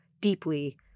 deeply